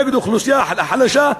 נגד אוכלוסייה חלשה,